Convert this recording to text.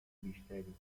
بیشتری